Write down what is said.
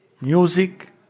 music